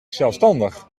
zelfstandig